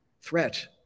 threat